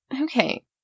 Okay